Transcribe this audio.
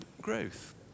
growth